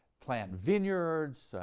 plant vineyards,